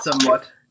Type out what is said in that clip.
somewhat